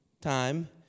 time